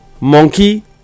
Monkey